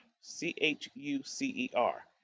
C-H-U-C-E-R